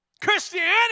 Christianity